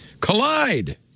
Collide